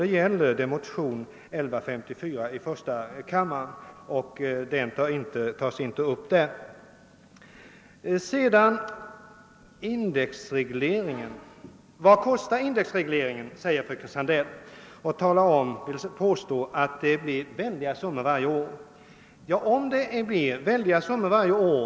Jag avsåg nämligen motionerna I:1154, och II: 1354 och de tas inte upp där. »Vad kostar indexregleringen?» frägade fröken Sandell och påstod att det skulle bli väldiga summor varje år.